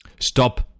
Stop